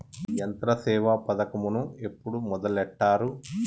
యంత్రసేవ పథకమును ఎప్పుడు మొదలెట్టారు?